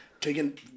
Taking